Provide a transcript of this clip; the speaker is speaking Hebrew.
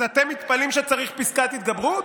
אז אתם מתפלאים שצריך פסקת התגברות?